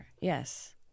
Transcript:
yes